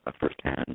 first-hand